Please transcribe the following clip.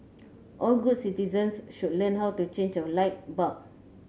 all good citizens should learn how to change a light bulb